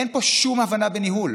אין פה שום הבנה בניהול.